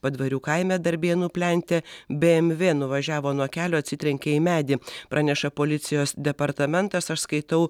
padvarių kaime darbėnų plente bmw nuvažiavo nuo kelio atsitrenkė į medį praneša policijos departamentas aš skaitau